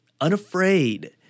unafraid